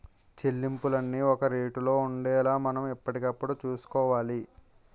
చెల్లింపులన్నీ ఒక రేటులో ఉండేలా మనం ఎప్పటికప్పుడు చూసుకోవాలి